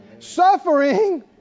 Suffering